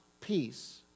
peace